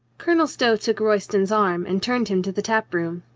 colonel stow took royston's arm and turned him to the tap-room.